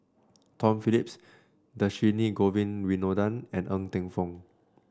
Tom Phillips Dhershini Govin Winodan and Ng Teng Fong